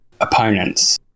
opponents